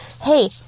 Hey